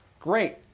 Great